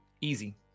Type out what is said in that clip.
Easy